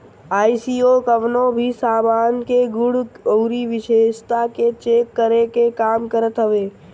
ISO कवनो भी सामान के गुण अउरी विशेषता के चेक करे के काम करत हवे